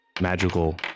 magical